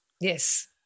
Yes